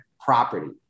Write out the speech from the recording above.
property